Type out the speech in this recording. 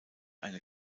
eine